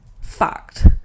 Fact